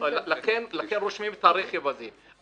לכן רושמים את הרכב הזה.